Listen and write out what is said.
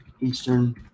Eastern